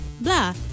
blah